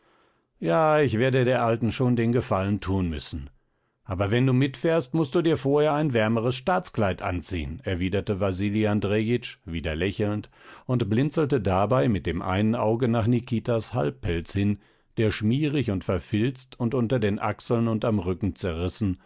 ja ich werde der alten schon den gefallen tun müssen aber wenn du mitfährst mußt du dir vorher ein wärmeres staatskleid anziehen erwiderte wasili andrejitsch wieder lächelnd und blinzelte dabei mit dem einen auge nach nikitas halbpelz hin der schmierig und verfilzt und unter den achseln und am rücken zerrissen